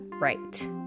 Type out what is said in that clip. right